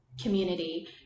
community